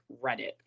Reddit